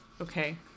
Okay